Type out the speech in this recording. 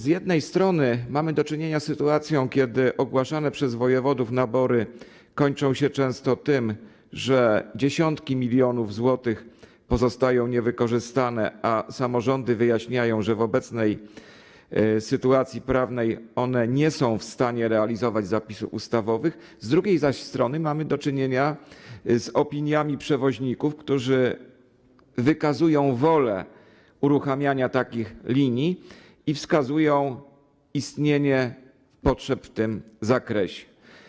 Z jednej strony mamy do czynienia z sytuacją, kiedy ogłaszane przez wojewodów nabory kończą się często tym, że dziesiątki milionów złotych pozostają niewykorzystane, a samorządy wyjaśniają, że w obecnej sytuacji prawnej nie są w stanie realizować zapisów ustawowych, z drugiej zaś strony mamy do czynienia z opiniami przewoźników, którzy wykazują wolę uruchamiania takich linii i wskazują istnienie potrzeb w tym zakresie.